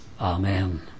Amen